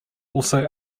also